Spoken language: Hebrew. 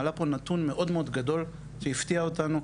עלה פה נתון מאוד מאוד גדול שהפתיע אותנו,